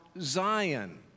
Zion